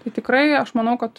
tai tikrai aš manau kad